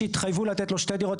התחייבו לתת לו שתי דירות,